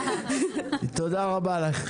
סיכום הישיבה.